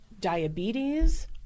diabetes